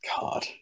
God